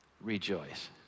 rejoice